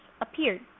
appeared